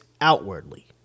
outwardly